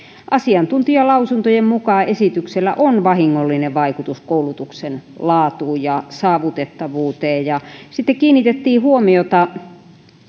asiantuntijalausuntojen mukaan esityksellä on vahingollinen vaikutus koulutuksen laatuun ja saavutettavuuteen ja sitten kiinnitettiin huomiota